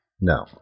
No